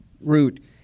root